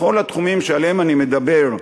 בכל התחומים שעליהם אני מדבר,